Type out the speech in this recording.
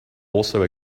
also